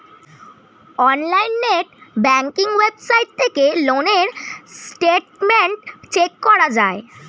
অনলাইনে net banking website থেকে loan এর স্টেটমেন্ট চেক করা যায়